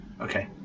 Okay